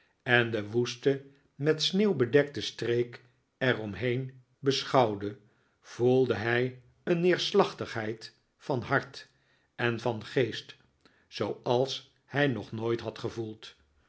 en de woeste met sneeuw bedekte streek er om heen beschouwde voelde hij een neerslachtigheid van hart en van geest zooals hij nog nooit had gevoeld